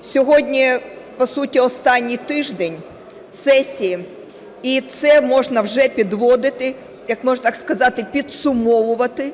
Сьогодні по суті останній тиждень сесії і це можна вже підводити, можна так сказати, підсумовувати,